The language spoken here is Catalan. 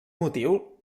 motiu